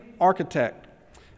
architect